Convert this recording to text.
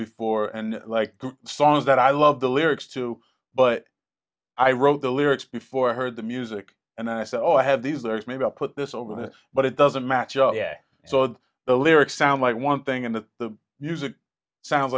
before and like songs that i love the lyrics to but i wrote the lyrics before i heard the music and i said oh i have these there's maybe i'll put this alternate but it doesn't match up yeah so the lyrics sound like one thing and the music sounds